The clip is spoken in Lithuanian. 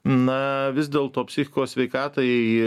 na vis dėlto psichikos sveikatai